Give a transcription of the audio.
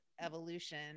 evolution